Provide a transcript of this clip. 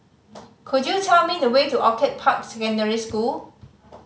could you tell me the way to Orchid Park Secondary School